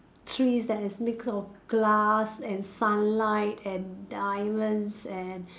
tress that is mixed of glass and sunlight and diamonds and